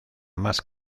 más